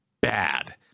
bad